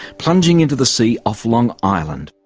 plunging into the sea off long island.